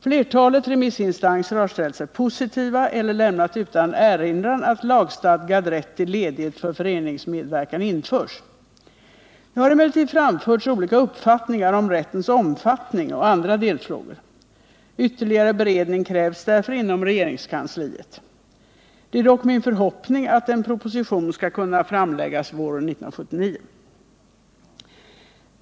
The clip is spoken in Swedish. Flertalet remissinstanser har ställt sig positiva eller lämnat utan erinran att lagstadgad rätt till ledighet för föreningsmedverkan införs. Det har emellertid framförts olika uppfattningar om rättens omfattning och andra delfrågor. Ytterligare beredning krävs därför inom regeringskansliet. Det är dock min förhoppning att en proposition skall kunna framläggas våren 1979.